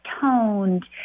toned